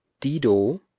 dido